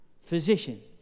physician